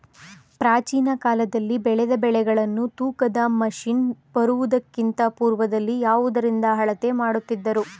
ಪ್ರಾಚೀನ ಕಾಲದಲ್ಲಿ ಬೆಳೆದ ಬೆಳೆಗಳನ್ನು ತೂಕದ ಮಷಿನ್ ಬರುವುದಕ್ಕಿಂತ ಪೂರ್ವದಲ್ಲಿ ಯಾವುದರಿಂದ ಅಳತೆ ಮಾಡುತ್ತಿದ್ದರು?